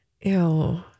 Ew